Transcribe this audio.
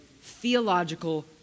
theological